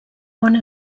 one